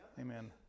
Amen